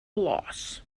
loss